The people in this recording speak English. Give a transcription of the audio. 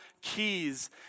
keys